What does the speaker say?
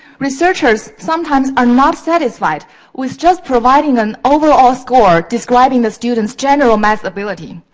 researchers sometimes are not satisfied with just providing an overall score, describing the students' general math ability,